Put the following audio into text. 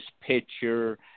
picture